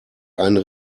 einen